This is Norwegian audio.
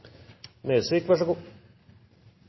– vær så god.